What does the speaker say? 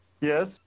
yes